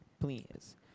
please